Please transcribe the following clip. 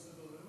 תם סדר-היום?